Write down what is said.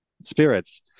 spirits